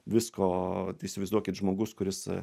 visko tai įsivaizduokit žmogus kuris